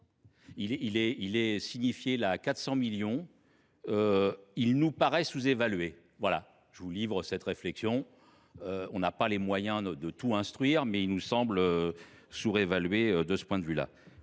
Il est signifié là à 400 millions. Il nous paraît sous-évalué. Voilà, je vous livre cette réflexion. On n'a pas les moyens de tout instruire, mais il nous semble sous-évalué de ce point de vue-là.